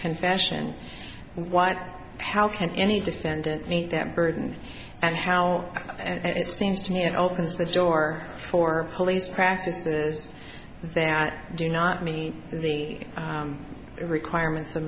confession what how can any defendant meet that burden and how and it seems to me it opens the door for police practices that do not mean the requirements of